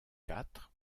quatre